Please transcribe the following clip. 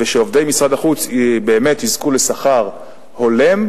ועובדי משרד החוץ באמת יזכו לשכר הולם,